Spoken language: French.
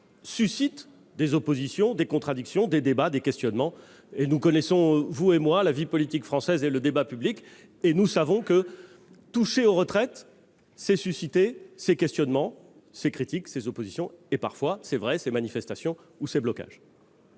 suscitent des oppositions, des contradictions, des débats, des questionnements. Pour connaître comme moi la vie politique française et le débat public, vous savez que toucher aux retraites, c'est faire naître ces questionnements, ces critiques, ces oppositions et, parfois, il est vrai, des manifestations ou des blocages.